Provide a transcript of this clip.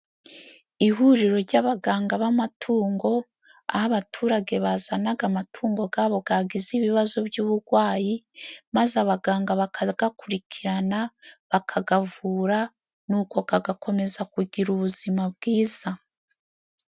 Ihuriro ry'abaganga b'amatungo, aho abaturage bazanaga amatungo gabo gagize ibibazo by'uburwayi, maze abaganga bakagakurikirana bakagavura. Nuko gagakomeza kugira ubuzima bwiza.